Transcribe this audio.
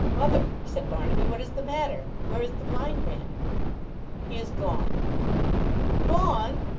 mother! said barnaby. what is the matter? where is the blind man he is gone gone!